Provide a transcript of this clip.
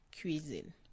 Cuisine